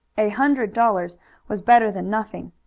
a hundred dollars was better than nothing.